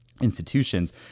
institutions